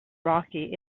rocky